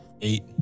eight